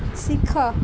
ଶିଖ